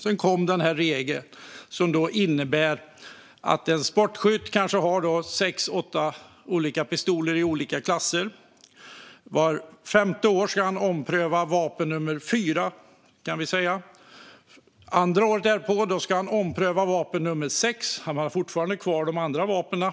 Sedan kom regeln som innebär att en sportskytt kan ha sex åtta olika pistoler i olika klasser. Vart femte år ska han ompröva vapen nummer fyra och året därpå ompröva vapen nummer sex. Han har fortfarande kvar de andra vapnen.